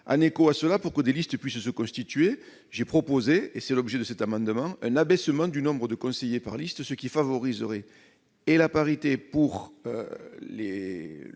un écho à ceux-là, pour que des listes puissent se constituer, j'ai proposé et c'est l'objet de cet amendement, un abaissement du nombre de conseillers par liste, ce qui favoriserait et la parité pour les